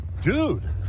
dude